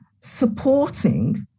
supporting